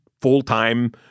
full-time